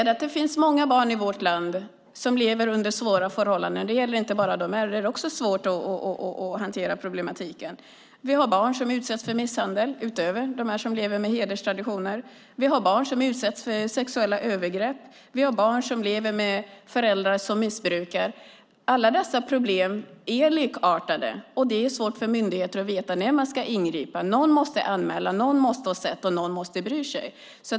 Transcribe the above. Det finns många barn i vårt land som lever under svåra förhållanden. Det är också svårt att hantera den problematiken. Vi har barn som utsätts för misshandel utöver dem som lever med hederstraditioner. Vi har barn som utsätts för sexuella övergrepp och barn som lever med föräldrar som missbrukar. Alla dessa problem är likartade. Det är svårt för myndigheter att veta när de ska ingripa. Någon måste anmäla, någon måste ha sett, och någon måste bry sig.